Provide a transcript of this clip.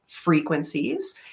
frequencies